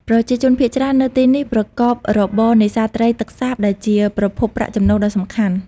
ប្រជាជនភាគច្រើននៅទីនេះប្រកបរបរនេសាទត្រីទឹកសាបដែលជាប្រភពប្រាក់ចំណូលដ៏សំខាន់។